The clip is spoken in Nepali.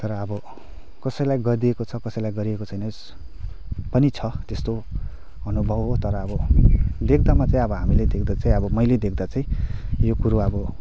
तर अब कसैलाई गरिदिएको छ कसैलाई गरिदिएको छैन पनि छ त्यस्तो अनुभव हो तर अब देख्दामा चाहिँ हामीले देख्दा चाहिँ मैले देख्दा चाहिँ यो कुरो अब